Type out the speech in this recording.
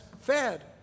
fed